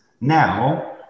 Now